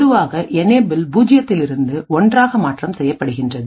பொதுவாக என்யபல் பூஜ்ஜியத்தில் இருந்து ஒன்றாக மாற்றம் செய்யப்படுகின்றது